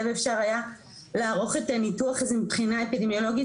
ואפשר היה לערוך את הניתוח הזה מבחינה אפידמיולוגית